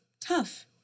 tough